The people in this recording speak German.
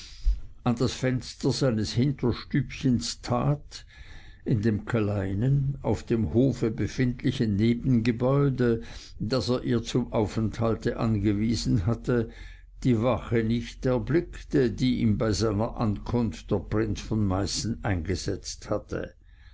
an das fenster seines hinterstübchens tat in dem kleinen auf dem hofe befindlichen nebengebäude das er ihr zum aufenthalte angewiesen hatte die wache nicht erblickte die ihm bei seiner ankunft der prinz von meißen eingesetzt hatte